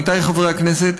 עמיתיי חברי הכנסת,